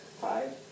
Five